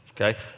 okay